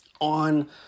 on